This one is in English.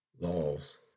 laws